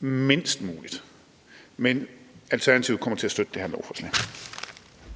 mindst muligt. Men Alternativet kommer til at støtte det her lovforslag.